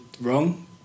wrong